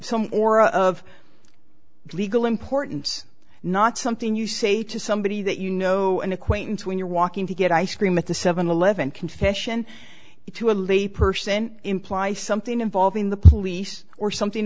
some aura of legal importance not something you say to somebody that you know an acquaintance when you're walking to get ice cream at the seven eleven confession to a lay person imply something involving the police or something